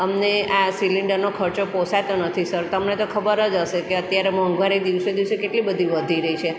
અમને આ સિલિન્ડરનો ખર્ચો પોસાતો નથી સર તમને તો ખબર જ હશે કે અત્યારે મોંઘવારી દિવસે દિવસે કેટલી બધી વધી રહી છે